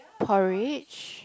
porridge